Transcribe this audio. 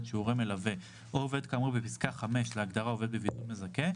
שהוא הורה מלווה או עובד כאמור בפסקה (5) להגדרה "עובד בבידוד מזכה"